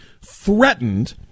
threatened